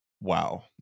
wow